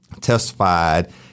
testified